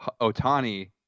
Otani